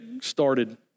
started